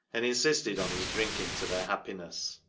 and insisted on his drinking to their happiness.